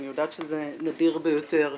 אני יודעת שזה נדיר ביותר.